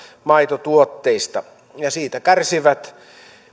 maitotuotteista ja siitä kärsivät